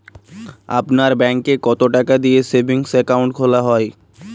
আপনার ব্যাংকে কতো টাকা দিয়ে সেভিংস অ্যাকাউন্ট খোলা হয়?